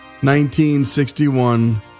1961